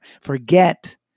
Forget